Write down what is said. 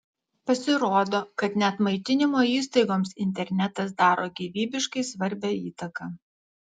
pasirodo kad net maitinimo įstaigoms internetas daro gyvybiškai svarbią įtaką